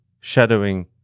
shadowing